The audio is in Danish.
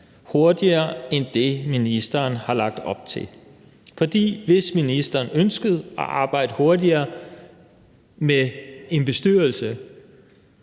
hurtigere end det, ministeren har lagt op til. For hvis ministeren ønskede at arbejde hurtigere med hensyn til en